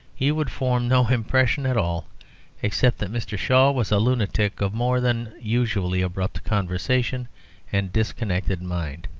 he would form no impression at all except that mr. shaw was a lunatic of more than usually abrupt conversation and disconnected mind.